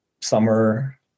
summer